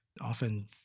often